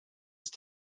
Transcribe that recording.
ist